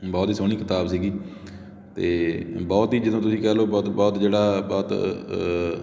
ਬਹੁਤ ਹੀ ਸੋਹਣੀ ਕਿਤਾਬ ਸੀਗੀ ਅਤੇ ਬਹੁਤ ਹੀ ਜਦੋਂ ਤੁਸੀਂ ਕਹਿ ਲਉ ਬਹੁਤ ਬਹੁਤ ਜਿਹੜਾ ਬਹੁਤ